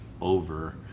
over